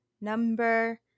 number